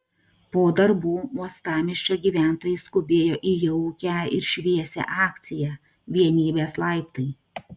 po darbų uostamiesčio gyventojai skubėjo į jaukią ir šviesią akciją vienybės laiptai